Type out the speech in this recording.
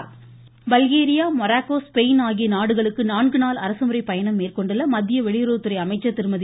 மமமம Sushma Swaraj Bulgaria Morocco Spain ஆகிய நாடுகளுக்கு நான்கு நாள் அரசுமுறை பயணம் மேற்கொண்டுள்ள மத்திய வெளியுறவுத்துறை அமைச்சர் திருமதி